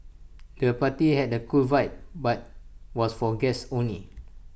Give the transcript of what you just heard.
the party had A cool vibe but was for guests only